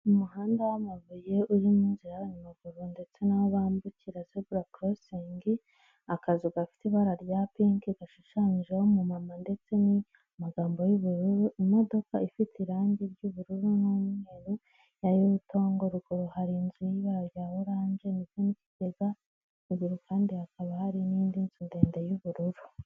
Umuhanda w'amabuye urimo inzira y'abanyamaguru ndetse nahoho bambukira zebura korosingi, akazu gafite ibara rya pinki gashushanyijeho umu mama ndetse n'amagambo y'ubururu, imodoka ifite irangi ry'ubururu n'umweru ya yurutongo ruguru hari inzu y'ibara rya orange, ndetse n'ikigega ruguru kandi hakaba hari n'indi nzu ndende y'ubururu.